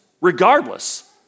regardless